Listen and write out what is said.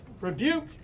rebuke